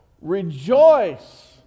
Rejoice